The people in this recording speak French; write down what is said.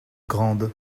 grandes